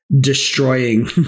destroying